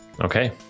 Okay